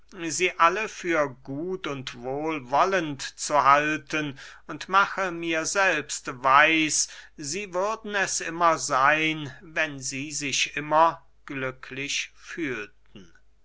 sie alle für gut und wohlwollend zu halten und mache mir selbst weiß sie würden es immer seyn wenn sie sich immer glücklich fühlten